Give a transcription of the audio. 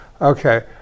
okay